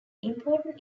important